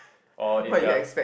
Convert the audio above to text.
or if their